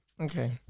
Okay